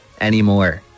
anymore